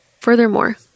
Furthermore